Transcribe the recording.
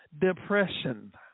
depression